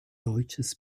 deutsches